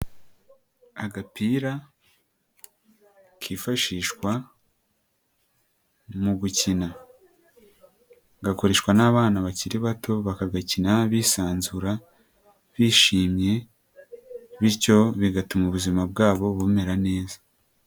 Agapira kifashishwa mu gukina gakoreshwa n'abana bakiri bato bagakina bisanzura bishimye bityo bigatuma ubuzima bwabo bumera neza.